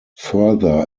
further